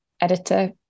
editor